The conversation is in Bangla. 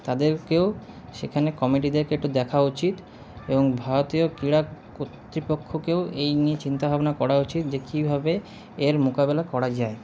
তাদেরকেও সেখানে কমিটিদেরকে একটু দেখা উচিৎ এবং ভারতীয় ক্লাব কর্তৃপক্ষকেও এই নিয়ে চিন্তা ভাবনা করা উচিৎ যে কীভাবে এর মোকাবিলা করা যায়